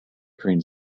train